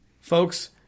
Folks